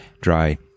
dry